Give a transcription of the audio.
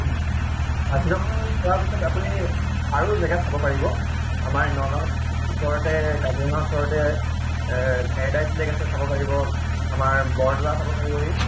পাচদিনাখন খোৱাৰ পিছত আপুনি আৰু জেগা চাব পাৰিব আমাৰ নগাঁৱত ওচৰতে কাজিৰঙাৰ ওচৰতে পেৰাডাইজ লেক আছে চাব পাৰিব আমাৰ বৰদোৱা চাব পাৰিবহি